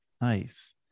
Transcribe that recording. nice